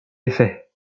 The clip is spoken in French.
effet